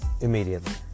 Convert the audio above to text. immediately